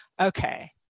okay